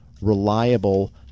reliable